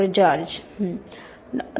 George हसत डॉ